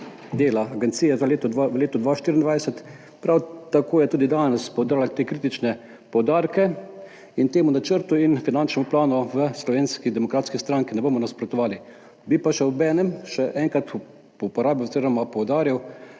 dela agencije v letu 2024, prav tako je tudi danes podala te kritične poudarke. Temu načrtu in finančnemu planu v Slovenski demokratski stranki ne bomo nasprotovali. Bi pa obenem še enkrat poudaril, da bi